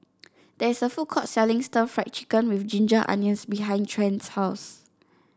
there is a food court selling Stir Fried Chicken with Ginger Onions behind Trent's house